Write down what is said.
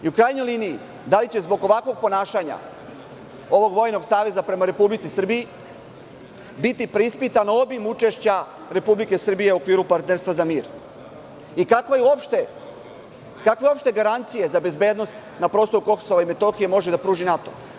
U krajnjoj liniji, da li će zbog ovakvog ponašanja ovog vojnog saveza prema Republici Srbiji biti preispitan obim učešća Republike Srbije u okviru Partnerstva za mir i kakvu uopšte garanciju za bezbednost na prostoru KiM može da pruži NATO?